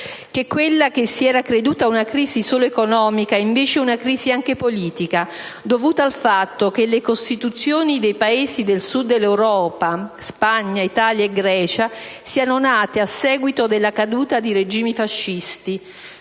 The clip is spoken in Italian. che quella che si era creduta una crisi solo economica è invece una crisi anche politica, dovuta al fatto che le Costituzioni dei Paesi del Sud dell'Europa (Spagna, Italia e Grecia) sono nate a seguito della caduta di regimi fascisti